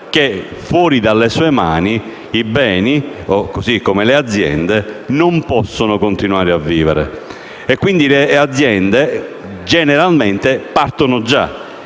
che, fuori dalle sue mani, i beni, così come le aziende, non possono continuare a vivere. Quindi le aziende generalmente partono già